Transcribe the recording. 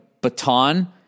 baton